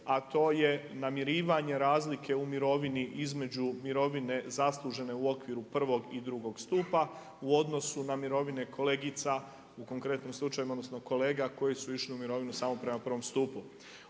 a to je namirivanje razlike u mirovini između mirovine zaslužene u okviru prvog i drugog stupa u odnosu na mirovine kolegica, u konkretnom slučaju odnosno kolega koje su išle u mirovinu samo prema prvom stupu.